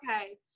okay